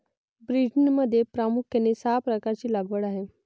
ब्रिटनमध्ये प्रामुख्याने सहा प्रकारची लागवड आहे